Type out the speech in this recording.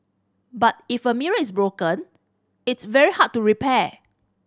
but if a mirror is broken it's very hard to repair